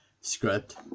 script